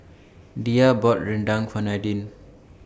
Diya bought Rendang For Nadine